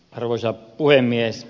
arvoisa puhemies